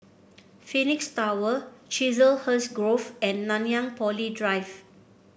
Phoenix Tower Chiselhurst Grove and Nanyang Poly Drive